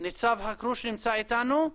ניצב חכרוש נמצא אתנו.